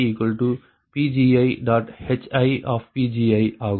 HiPgi ஆகும்